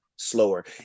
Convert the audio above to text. slower